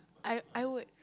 I I would